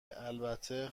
البته